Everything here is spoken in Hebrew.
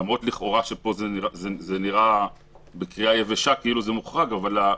למרות שבקריאה יבשה זה נראה כאילו זה מוחרג פה.